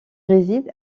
réside